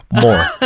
more